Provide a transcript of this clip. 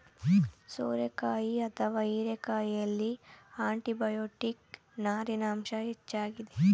ಸೋರೆಕಾಯಿ ಅಥವಾ ಹೀರೆಕಾಯಿಯಲ್ಲಿ ಆಂಟಿಬಯೋಟಿಕ್, ನಾರಿನ ಅಂಶ ಹೆಚ್ಚಾಗಿದೆ